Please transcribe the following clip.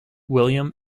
william